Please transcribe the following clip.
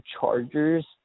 chargers